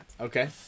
Okay